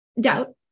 doubt